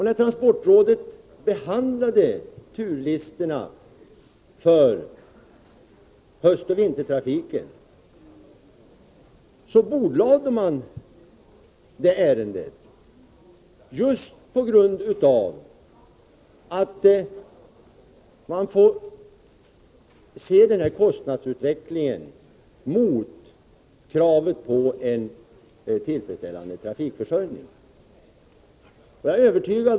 När transportrådet behandlade turlistorna för höstoch vintertrafiken, bordlade man det ärendet just på grund av att kostnadsutvecklingen får ses mot kravet på en tillfredsställande trafikförsörjning.